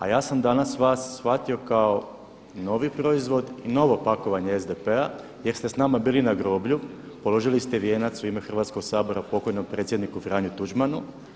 A ja sam danas vas shvatio kao novi proizvod i novo pakovanje SDP-a jer ste s nama bili na groblju, položili ste vijenac u ime Hrvatskog sabora pokojnom predsjedniku Franji Tuđmanu.